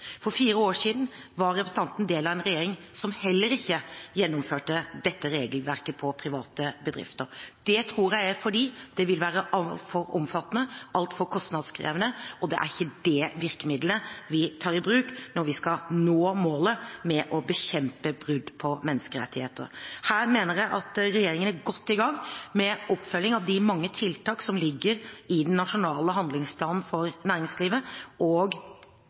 For fire år siden var representanten del av en regjering som heller ikke gjennomførte dette regelverket for private bedrifter. Det tror jeg er fordi det vil være altfor omfattende og altfor kostnadskrevende, og det er ikke det virkemiddelet vi tar i bruk når vi skal nå målet med å bekjempe brudd på menneskerettighetene. Her mener jeg at regjeringen er godt i gang med oppfølging av de mange tiltak som ligger i den nasjonale handlingsplanen for næringslivet